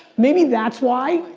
maybe that's why?